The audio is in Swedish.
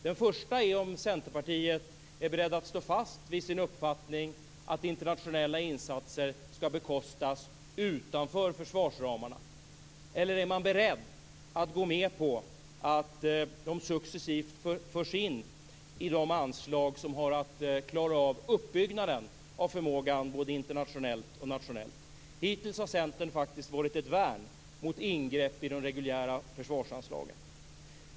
Den första gäller om Centerpartiet är berett att stå fast vid sin uppfattning att internationella insatser ska bekostas utanför försvarsramarna. Är man beredd att gå med på att insatserna successivt förs in i de anslag som har att klara av uppbyggnaden av förmågan internationellt och nationellt? Hittills har Centern varit ett värn mot ingrepp i de reguljära försvarsanslagen.